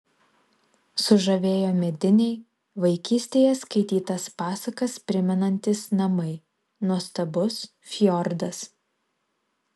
sužavėjo mediniai vaikystėje skaitytas pasakas primenantys namai nuostabus fjordas